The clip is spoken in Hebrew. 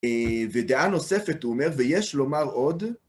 ודעה נוספת, הוא אומר, ויש לומר עוד,